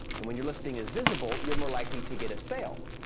and when your listing is visible, you're more likely to get a sale.